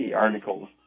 articles